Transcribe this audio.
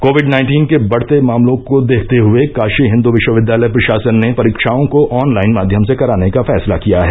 Covid nineteen के बढ़ते मामलों को देखते हुए काशी हिन्दू विश्वविद्यालय प्रशासन ने परीक्षाओं को ऑनलाइन माध्यम से कराने का फैसला किया है